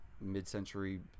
mid-century